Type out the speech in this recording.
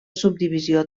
subdivisió